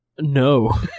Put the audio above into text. no